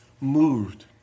moved